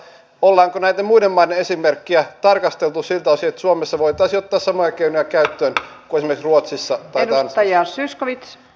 ollaanko näiden muiden maiden esimerkkiä tarkasteltu siltä osin että suomessa voitaisiin ottaa käyttöön samoja keinoja kuin esimerkiksi ruotsissa tai tanskassa